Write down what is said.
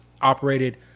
operated